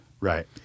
Right